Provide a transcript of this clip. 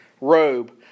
robe